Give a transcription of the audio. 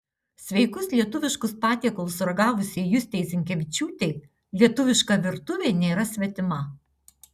sveikus lietuviškus patiekalus ragavusiai justei zinkevičiūtei lietuviška virtuvė nėra svetima